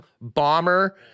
bomber